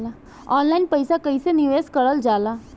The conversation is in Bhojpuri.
ऑनलाइन पईसा कईसे निवेश करल जाला?